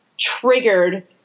triggered